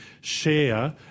share